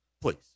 Please